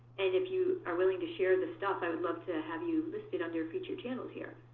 and if you are willing to share the stuff, i would love to have you listed under featured channels here,